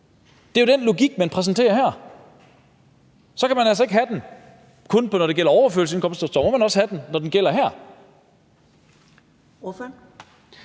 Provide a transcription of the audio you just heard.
Det er jo den logik, man præsenterer her. Og så kan man altså ikke kun have den, når det gælder overførselsindkomster; så må man også have, at den gælder den her.